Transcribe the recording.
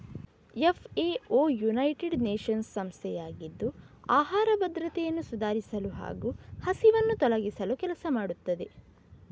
FAO united nations ಸಂಸ್ಥೆಯಾಗಿದ್ದು ಆಹಾರ ಭದ್ರತೆಯನ್ನು ಸುಧಾರಿಸಲು ಹಾಗೂ ಹಸಿವನ್ನು ತೊಲಗಿಸಲು ಕೆಲಸ ಮಾಡುತ್ತದೆ